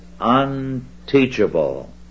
unteachable